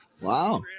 Wow